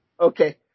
Okay